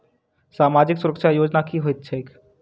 सामाजिक सुरक्षा योजना की होइत छैक?